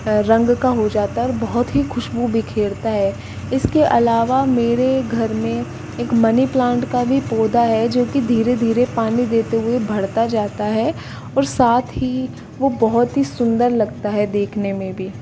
रंग का हो जाता है और बहुत ही खुशबू बिखेरता है इसके अलावा मेरे घर में एक मनी प्लांट का भी पौधा है जो की धीरे धीरे पानी देते हुए बढ़ता जाता है और साथ ही वो बहुत ही सुंदर लगता है देखने में भी